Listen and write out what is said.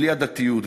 בלי עדתיות,